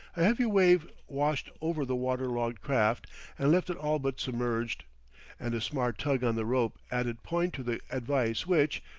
heavy wave washed over the water-logged craft and left it all but submerged and a smart tug on the rope added point to the advice which,